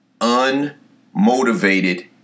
unmotivated